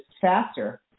faster